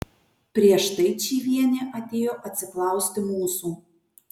prieš tai čyvienė atėjo atsiklausti mūsų